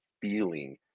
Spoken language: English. feeling